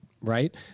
right